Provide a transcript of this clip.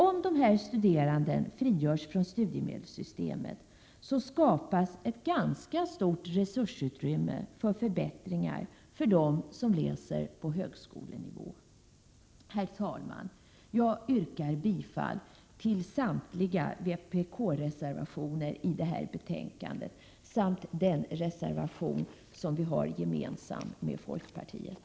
Om dessa studerande frigörs från studiemedelssystemet skapas ett ganska stort resursutrymme för förbättringar för dem som läser på högskolenivå. Herr talman! Jag yrkar bifall till samtliga vpk-reservationer i detta betänkande samt till den reservation som vi har gemensamt med folkpartiet.